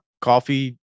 coffee